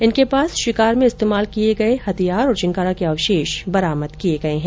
इनके पास शिकार में इस्तेमाल किए गए हथियार और चिंकारा के अवशेष बरामद किए गए हैं